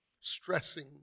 stressing